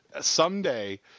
someday –